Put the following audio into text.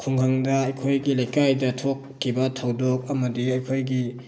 ꯈꯨꯡꯒꯪꯗ ꯑꯩꯈꯣꯏꯒꯤ ꯂꯩꯀꯥꯏꯗ ꯊꯣꯛꯈꯤꯕ ꯊꯧꯗꯣꯛ ꯑꯃꯗꯤ ꯑꯩꯈꯣꯏꯒꯤ